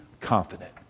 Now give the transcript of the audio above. confident